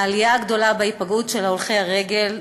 העלייה הגדולה בהיפגעות הולכי הרגל נובעת,